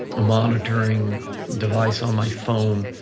a monitoring device on my phone,